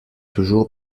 toujours